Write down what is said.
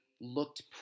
looked